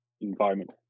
environment